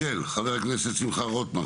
של חבר הכנסת שמחה רוטמן,